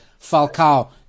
Falcao